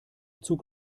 zug